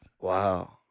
Wow